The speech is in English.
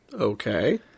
Okay